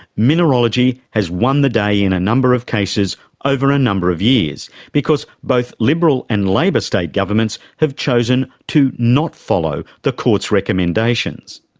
mineralogy has won the day in a number of cases over a number of years, because both liberal and labor state governments have chosen to not follow the courts' recommendations.